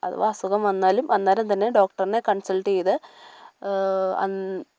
അഥവാ അസുഖം വന്നാലും അന്നേരം തന്നെ ഡോക്ടറിനെ കൺസൾട്ട് ചെയ്ത് അന്